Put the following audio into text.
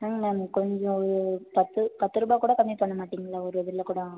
என்னங்க மேம் கொஞ்சம் ஒரு பத்து பத்து ரூபாய் கூட கம்மி பண்ணமாட்டீங்களா ஒரு இதில் கூட